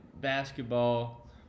basketball